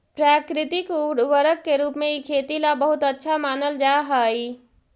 प्राकृतिक उर्वरक के रूप में इ खेती ला बहुत अच्छा मानल जा हई